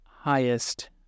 highest